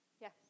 Yes